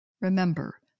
Remember